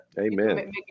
amen